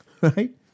Right